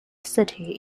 city